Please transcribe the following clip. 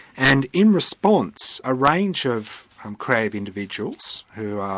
and in response, a range of um creative individuals who